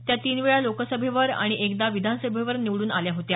त्या तीन वेळा लोकसभेवर आणि एकदा विधानसभेवर निवडून आल्या होत्या